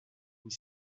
une